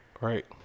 Right